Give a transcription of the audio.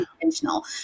intentional